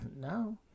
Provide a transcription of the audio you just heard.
no